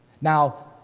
Now